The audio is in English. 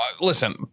listen